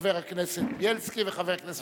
חבר הכנסת בילסקי וחבר הכנסת שטרית.